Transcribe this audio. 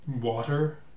water